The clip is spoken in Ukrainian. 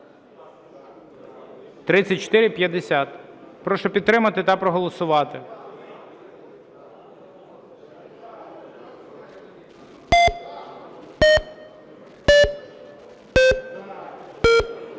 Прошу підтримати та проголосувати.